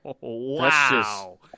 wow